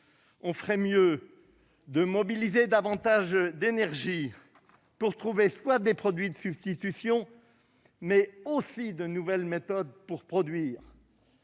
on ferait mieux de mobiliser davantage d'énergie pour trouver des produits de substitution et de nouvelles méthodes productives.